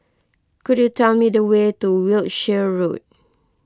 could you tell me the way to Wiltshire Road